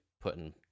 putting